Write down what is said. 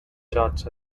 charts